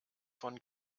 von